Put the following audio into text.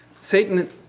Satan